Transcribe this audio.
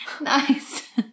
Nice